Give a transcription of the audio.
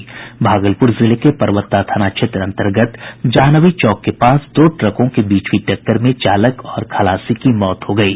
भागलपुर जिले के परबत्ता थाना क्षेत्र अन्तर्गत जाह्नवी चौक के पास दो ट्रकों के बीच हुई टक्कर में चालक और खलासी की मौत हो गयी